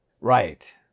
Right